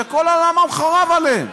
שכל עולמם חרב עליהם,